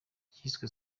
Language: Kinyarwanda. cyiswe